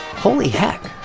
holy heck.